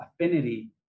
affinity